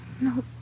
No